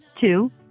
Two